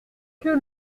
que